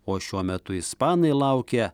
o šiuo metu ispanai laukia